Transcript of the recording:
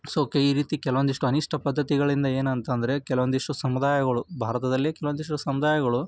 so ಈ ರೀತಿ ಕೆಲವೊಂದಿಷ್ಟು ಅನಿಷ್ಟ ಪದ್ಧತಿಗಳಿಂದ ಏನಂತ ಅಂದ್ರೆ ಕೆಲವೊಂದಿಷ್ಟು ಸಮುದಾಯಗಳು ಭಾರತದಲ್ಲಿ ಕೆಲವೊಂದಿಷ್ಟು ಸಮುದಾಯಗಳು